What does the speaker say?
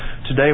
today